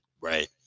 Right